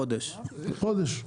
חודש.